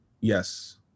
Yes